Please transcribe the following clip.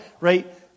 right